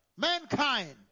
mankind